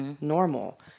normal